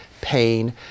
pain